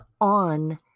on